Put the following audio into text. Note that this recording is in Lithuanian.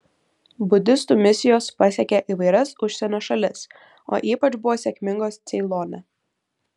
budistų misijos pasiekė įvairias užsienio šalis o ypač buvo sėkmingos ceilone